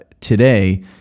today